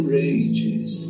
rages